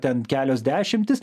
ten kelios dešimtys